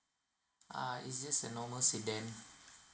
ah it's just a normal sedan